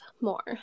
more